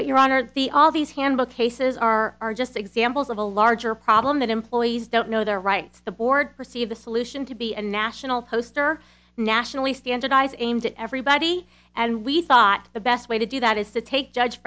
but your honor the all these handbook cases are are just examples of a larger problem that employees don't know their rights the board perceive the solution to be a national poster nationally standardise aimed at everybody and we thought the best way to do that is to